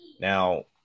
Now